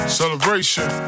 celebration